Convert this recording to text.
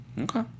Okay